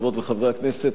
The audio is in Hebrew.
חברות וחברי הכנסת,